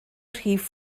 rhif